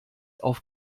auf